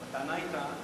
הטענה היתה,